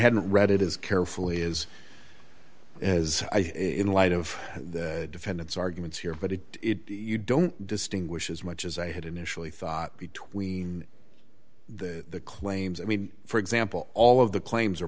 hadn't read it is carefully is as in light of the defendant's arguments here but it you don't distinguish as much as i had initially thought between the claims i made for example all of the claims